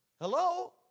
Hello